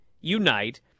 unite